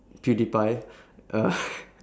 pewdiepie uh